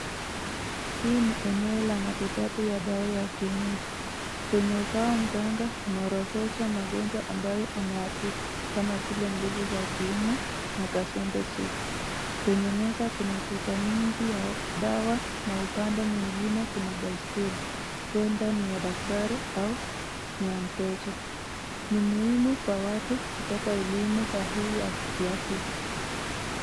Hii ni eneo la matibabu ya dawa ya kienyeji. Kwenye ubao mganga ameorodhesha magonjwa ambayo anayatibu, kama vile nguvu za kiume na kaswende sugu. Kwenye meza kuna chupa mingi ya dawa na upande mwingine kuna baiskeli, huenda ni ya daktari au ni ya mteja. Ni muhimu kwa watu kupata elimi sahihi ya kiafya.